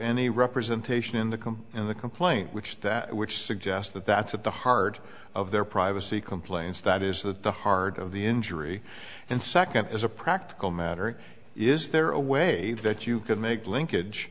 any representation in the come in the complaint which that which suggests that that's at the heart of their privacy complaints that is that the heart of the injury and second as a practical matter is there a way that you could make linkage